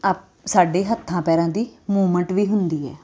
ਆ ਸਾਡੇ ਹੱਥਾਂ ਪੈਰਾਂ ਦੀ ਮੂਵਮੈਂਟ ਵੀ ਹੁੰਦੀ ਹੈ